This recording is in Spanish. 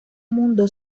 mundo